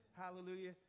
hallelujah